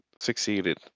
succeeded